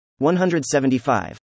175